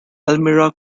elmira